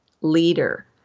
leader